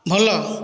ଭଲ